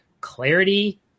clarity